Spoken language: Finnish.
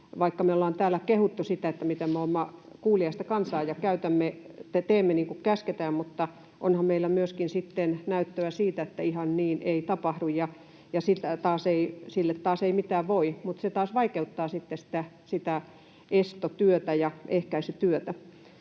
vaikka me ollaan täällä kehuttu sitä, miten me olemme kuuliaista kansaa ja teemme niin kuin käsketään, mutta onhan meillä myöskin sitten näyttöä siitä, että ihan niin ei tapahdu, ja sille taas ei mitään voi mutta se vaikeuttaa sitten sitä estotyötä ja ehkäisytyötä.